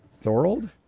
Thorold